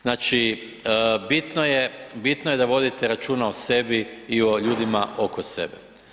Znači, bitno je da vodite računa o sebi i o ljudima oko sebe.